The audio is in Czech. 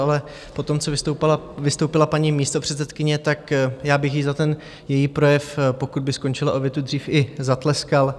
Ale potom co vystoupila paní místopředsedkyně, tak já bych jí za ten její projev, pokud by skončila o větu dřív, i zatleskal.